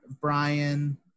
Brian